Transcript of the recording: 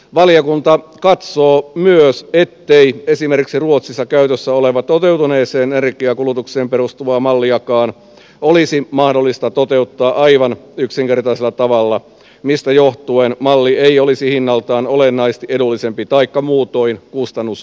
valiokunta katsoo myös ettei esimerkiksi ruotsissa käytössä olevaa toteutuneeseen energiankulutukseen perustuvaa malliakaan olisi mahdollista toteuttaa aivan yksinkertaisella tavalla mistä johtuen malli ei olisi hinnaltaan olennaisesti edullisempi taikka muutoin kustannustehokkaampi